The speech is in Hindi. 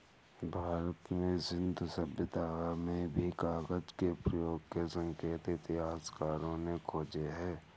भारत में सिन्धु सभ्यता में भी कागज के प्रयोग के संकेत इतिहासकारों ने खोजे हैं